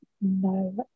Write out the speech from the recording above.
No